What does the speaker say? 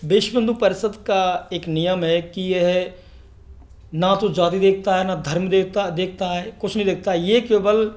विश्व हिन्दू परिषद का एक नियम है कि यह ना तो जाति देखता है ना धर्म देख देखता है कुछ नहीं देखता ये केवल